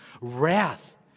wrath